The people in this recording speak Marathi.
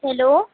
हॅलो